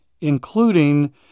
including